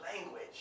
language